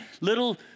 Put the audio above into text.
little